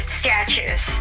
statues